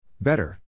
Better